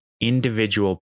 individual